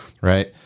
Right